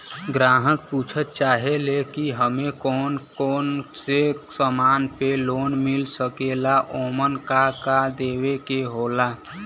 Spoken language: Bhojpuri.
ग्राहक पुछत चाहे ले की हमे कौन कोन से समान पे लोन मील सकेला ओमन का का देवे के होला?